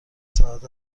ساعت